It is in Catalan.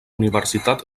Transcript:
universitat